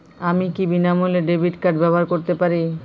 আমি কি বিনামূল্যে ডেবিট কার্ড ব্যাবহার করতে পারি?